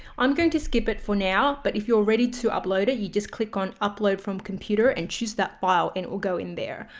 i'm going to skip it for now, but if you're ready to upload it. you just click on upload from computer and choose that file and it will go in there.